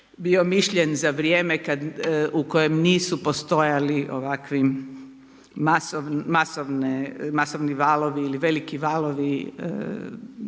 bio mišljen za vrijeme u kojem nisu postojali ovakvi masovni valovi ili veliki valovi